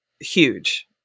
huge